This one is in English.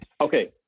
okay